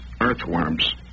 earthworms